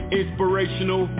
inspirational